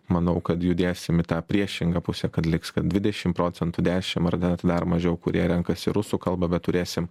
manau kad judėsim į tą priešingą pusę kad liks dvidešim procentų dešim ar net dar mažiau kurie renkasi rusų kalbą bet turėsim